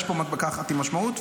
יש פה מדבקה אחת עם משמעות,